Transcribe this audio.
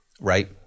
right